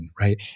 right